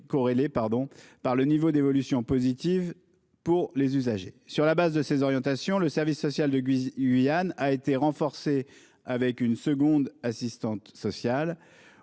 corrélé à un niveau d'évolution positive pour les usagers. Sur la base de ces orientations, le service social de Guyane a été renforcé par une seconde assistante sociale.